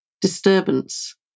disturbance